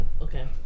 Okay